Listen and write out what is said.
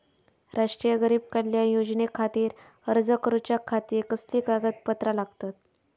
राष्ट्रीय गरीब कल्याण योजनेखातीर अर्ज करूच्या खाती कसली कागदपत्रा लागतत?